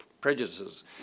prejudices